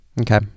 Okay